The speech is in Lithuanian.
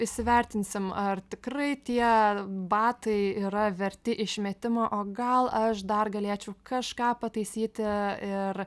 įsivertinsim ar tikrai tie batai yra verti išmetimo o gal aš dar galėčiau kažką pataisyti ir